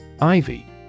Ivy